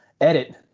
edit